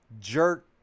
jerk